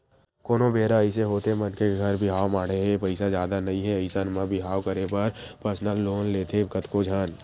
कोनो बेरा अइसे होथे मनखे के घर बिहाव माड़हे हे पइसा जादा नइ हे अइसन म बिहाव करे बर परसनल लोन लेथे कतको झन